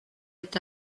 est